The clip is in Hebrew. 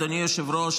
אדוני היושב-ראש,